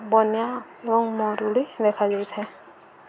ବନ୍ୟା ଏବଂ ମରୁଡ଼ି ଦେଖାଯାଇଥାଏ